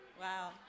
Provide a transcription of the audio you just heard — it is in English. Wow